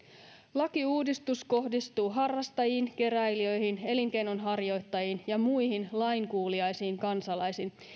lakiuudistus kohdistuu harrastajiin keräilijöihin elinkeinonharjoittajiin ja muihin lainkuuliaisiin kansalaisiin